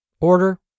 order